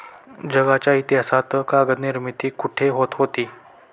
जगाच्या इतिहासात कागद निर्मिती कुठे होत होती?